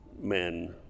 men